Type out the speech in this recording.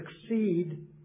succeed